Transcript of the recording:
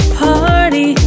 party